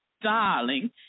darling